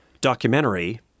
documentary